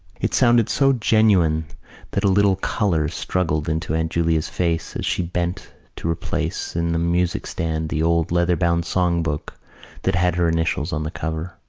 it sounded so genuine that a little colour struggled into aunt julia's face as she bent to replace in the music-stand the old leather-bound songbook that had her initials on the cover.